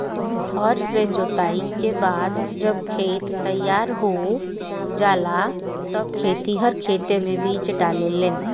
हर से जोताई के बाद जब खेत तईयार हो जाला तब खेतिहर खेते मे बीज डाले लेन